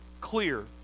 clear